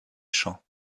champs